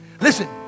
Listen